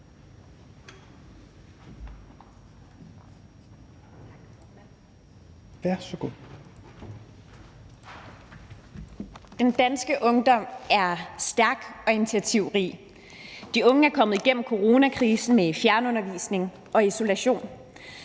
Den danske ungdom er stærk og initiativrig, de unge er kommet igennem coronakrisen med fjernundervisning og isolation.